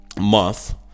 month